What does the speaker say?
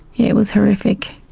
it was horrific.